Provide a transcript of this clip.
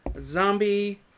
zombie